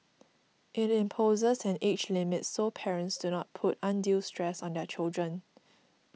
it imposes an age limit so parents do not put undue stress on their children